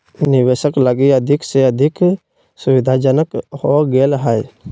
निवेशक लगी अधिक से अधिक सुविधाजनक हो गेल हइ